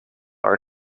are